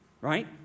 right